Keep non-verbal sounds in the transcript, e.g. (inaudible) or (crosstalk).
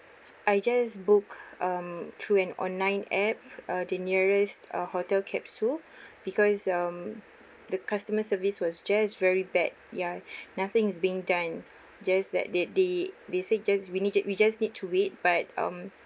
I just booked um through an online app uh the nearest uh hotel capsule (breath) because um the customer service was just very bad ya (breath) nothing is being done just that they they they say just we need to we just need to wait but um